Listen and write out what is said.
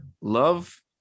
love